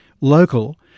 local